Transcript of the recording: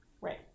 right